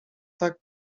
tak